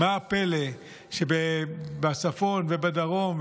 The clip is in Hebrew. מה הפלא שבצפון ובדרום,